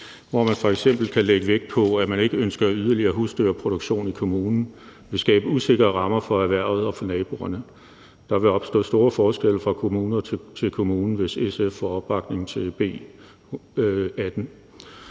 hvor man f.eks. kan lægge vægt på, at man ikke ønsker yderligere husdyrproduktion i kommunen, vil skabe usikre rammer for erhvervet og for naboerne. Der vil opstå store forskelle fra kommune til kommune, hvis SF får opbakning til B 18.